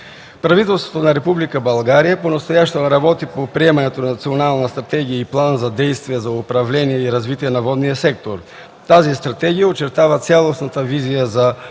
Правителството на Република България понастоящем работи по приемането на Национална стратегия и План за действие за управление и развитие на водния сектор. Тази стратегия очертава цялостната визия за